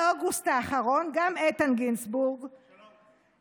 מאוגוסט האחרון, גם איתן גינזבורג, שלום.